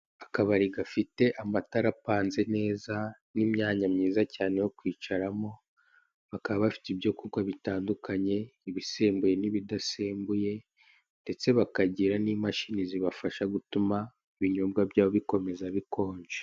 Akabari gafite amatara apanze neza n'imyanya myiza cyane yo kwicaramo, bakaba bafite ibyo kunywa bitandukanye ibisembuye n'ibidasembye ndetse bakagira n'imashini zibafasha gutuma ibinyobwa byabo bikomeza bikonje.